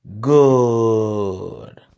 Good